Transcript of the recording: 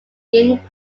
indian